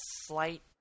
slight